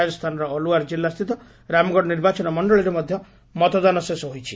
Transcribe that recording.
ରାଜସ୍ଥାନର ଅଲଓ୍ୱାର ଜିଲ୍ଲା ସ୍ଥିତ ରାମଗଡ଼ ନିର୍ବାଚନ ମଣ୍ଡଳୀରେ ମଧ୍ୟ ମତଦାନ ଶେଷ ହୋଇଛି